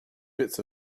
bits